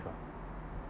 but